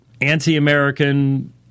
anti-American